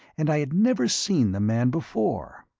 and i had never seen the man before.